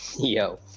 yo